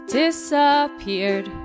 disappeared